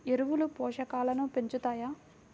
ఎరువులు పోషకాలను పెంచుతాయా?